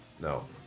No